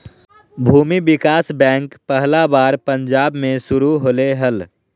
भूमि विकास बैंक पहला बार पंजाब मे शुरू होलय हल